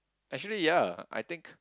actually ya I think